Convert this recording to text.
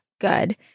good